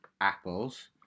apples